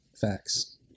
facts